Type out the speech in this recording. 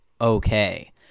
okay